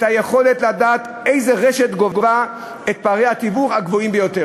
היכולת לדעת איזו רשת גובה את פערי התיווך הגבוהים ביותר".